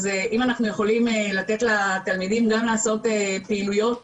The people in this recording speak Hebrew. אז אם אנחנו יכולים לתת לתלמידים גם לעשות פעילויות